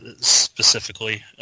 specifically